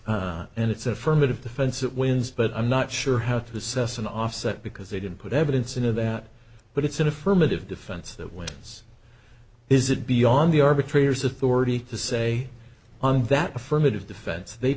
wins and it's affirmative defense it wins but i'm not sure how to assess an offset because they didn't put evidence into that but it's an affirmative defense that wins is it beyond the arbitrators authority to say on that affirmative defense they